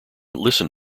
listen